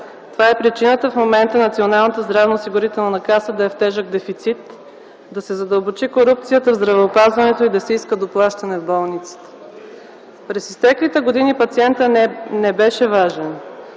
здравноосигурителна каса да е в тежък дефицит, да се задълбочи корупцията в здравеопазването и да се иска доплащане в болниците. През изтеклите години пациентът не беше важен